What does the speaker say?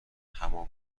همان